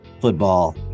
football